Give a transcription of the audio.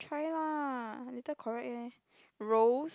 try lah later correct leh rose